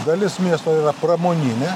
dalis miesto yra pramoninė